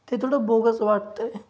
ते थोडं बोगस वाटतं आहे